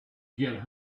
get